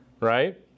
right